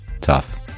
Tough